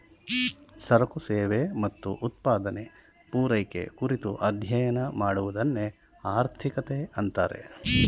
ಸರಕು ಸೇವೆ ಮತ್ತು ಉತ್ಪಾದನೆ, ಪೂರೈಕೆ ಕುರಿತು ಅಧ್ಯಯನ ಮಾಡುವದನ್ನೆ ಆರ್ಥಿಕತೆ ಅಂತಾರೆ